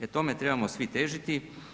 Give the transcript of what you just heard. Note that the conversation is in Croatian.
E tome trebamo svi težiti.